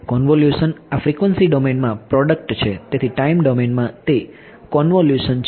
convolution આ frequency ડોમેનમાં product છે તેથી ટાઈમ ડોમેનમાં તે કોન્વોલ્યુશન છે